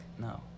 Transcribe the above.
no